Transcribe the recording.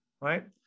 right